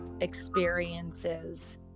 experiences